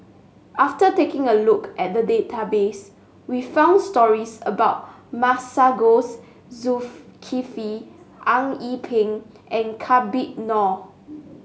after taking a look at the database we found stories about Masagos Zulkifli Eng Yee Peng and Habib Noh